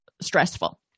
stressful